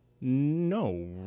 No